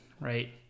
right